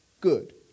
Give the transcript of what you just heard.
good